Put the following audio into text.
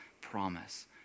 promise